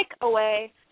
away